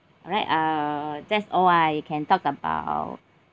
alright uh that's all I can talk about